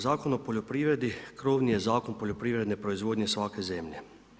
Zakon o poljoprivredi krovni je zakon poljoprivredne proizvodnje svake zemlje.